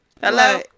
Hello